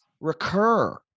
recur